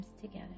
together